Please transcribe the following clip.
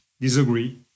disagree